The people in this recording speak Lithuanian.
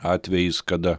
atvejis kada